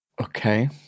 Okay